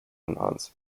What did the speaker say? unanswered